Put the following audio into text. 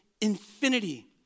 infinity